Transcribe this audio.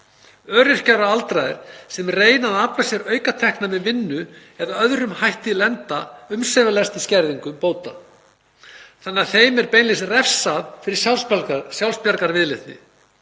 Öryrkjar og aldraðir sem reyna að afla sér aukatekna með vinnu eða öðrum hætti lenda umsvifalaust í skerðingu bóta, þannig að þeim er beinlínis refsað fyrir sjálfsbjargarviðleitni.